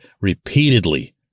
repeatedly